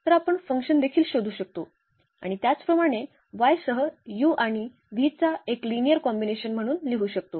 तर आपण F देखील शोधू शकतो आणि त्याच प्रमाणे y सह u आणि v चा एक लिनिअर कॉम्बिनेशन म्हणून लिहू शकतो